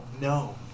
No